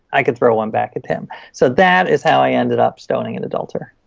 i can throw one back at him. so that is how i ended up stoning an adulterer.